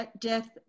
death